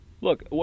Look